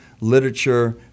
literature